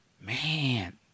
Man